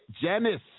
Janice